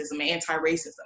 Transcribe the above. anti-racism